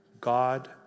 God